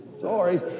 Sorry